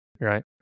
Right